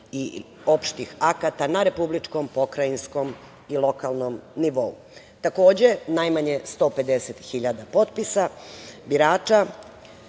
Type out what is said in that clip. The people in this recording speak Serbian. i opštih akata na republičkom, pokrajinskom i lokalnom nivou. Takođe, najmanje 150 hiljada potpisa birača